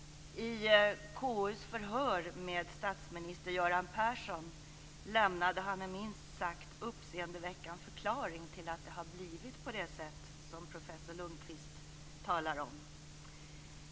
I KU:s förhör med statsminister Göran Persson lämnade han en minst sagt uppseendeväckande förklaring till att det har blivit på det sätt som professor Lundquist talar om.